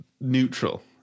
neutral